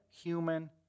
human